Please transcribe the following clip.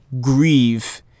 grieve